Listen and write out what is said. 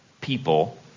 people